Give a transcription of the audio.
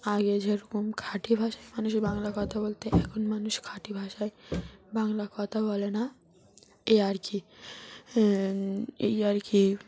আগে যেরকম খাঁটি ভাষায় মানুষ বাংলা কথা বলত এখন মানুষ খাঁটি ভাষায় বাংলা কথা বলে না এই আর কি এই আর কি